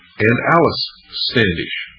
and alice standish,